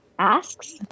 asks